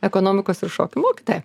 ekonomikos ir šokių mokytoja